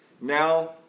now